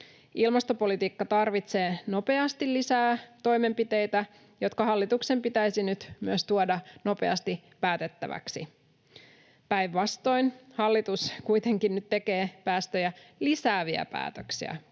Ilmastopolitiikka tarvitsee nopeasti lisää toimenpiteitä, jotka hallituksen pitäisi tuoda päätettäväksi. Päinvastoin hallitus kuitenkin tekee nyt päästöjä lisääviä päätöksiä,